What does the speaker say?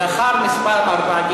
לאחר מספר ארבע,